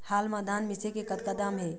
हाल मा धान मिसे के कतका दाम हे?